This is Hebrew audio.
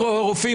97 רופאים,